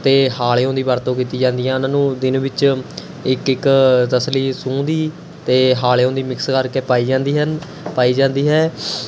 ਅਤੇ ਹਾਲ਼ਿਓ ਦੀ ਵਰਤੋਂ ਕੀਤੀ ਜਾਂਦੀ ਆਂ ਉਹਨਾਂ ਨੂੰ ਦਿਨ ਵਿੱਚ ਇੱਕ ਇੱਕ ਤਸਲੀ ਸੂੰਹ ਦੀ ਅਤੇ ਹਾਲ਼ਿਓ ਦੀ ਮਿਕਸ ਕਰਕੇ ਪਾਈ ਜਾਂਦੀ ਹਨ ਪਾਈ ਜਾਂਦੀ ਹੈ